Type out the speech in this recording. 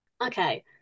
Okay